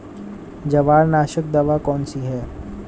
जवार नाशक दवा कौन सी है?